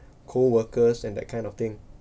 co-workers and that kind of thing